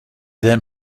then